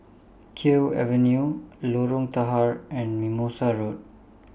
Kew Avenue Lorong Tahar and Mimosa Road